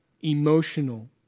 emotional